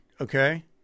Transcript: Okay